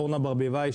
אורנה ברביבאי,